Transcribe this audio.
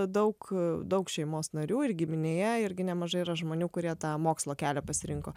daug daug šeimos narių ir giminėje irgi nemažai yra žmonių kurie tą mokslo kelią pasirinko